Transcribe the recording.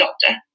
doctor